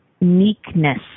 meekness